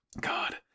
God